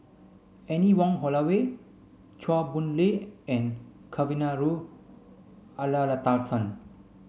Anne Wong Holloway Chua Boon Lay and Kavignareru